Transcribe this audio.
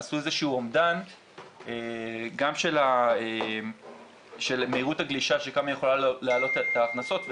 עשו אומדן גם של מהירות הגלישה שיכולה להעלות את ההכנסות,